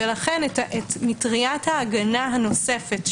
לכן את מטריית ההגנה הנוספת,